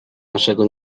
naszego